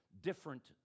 different